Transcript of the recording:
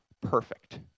perfect